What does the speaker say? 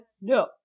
No